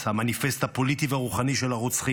המניפסט הפוליטי והרוחני של הרוצחים,